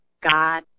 God